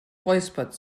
räuspert